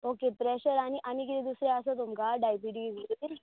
okay pressure आनी आनी कितें दुसरें आसा तुमकां डायबिटीज बी